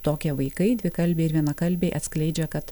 tokie vaikai dvikalbiai ir vienakalbiai atskleidžia kad